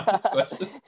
question